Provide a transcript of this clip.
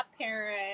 parent